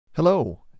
Hello